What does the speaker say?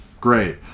Great